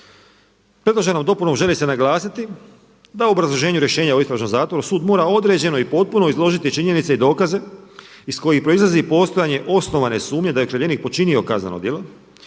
Predloženom dopunom želi se naglasiti da u obrazloženju rješenja o istražnom zatvoru sud mora određeno i potpuno izložiti činjenice i dokaze iz kojih proizlazi postojanje osnovane sumnje da je okrivljenik počinio kazneno djelo,